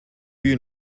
you